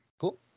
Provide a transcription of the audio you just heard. Cool